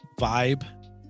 vibe